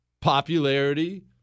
popularity